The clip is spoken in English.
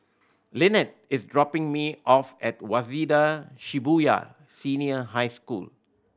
Lynnette is dropping me off at Waseda Shibuya Senior High School